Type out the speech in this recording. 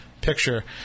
picture